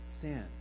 sin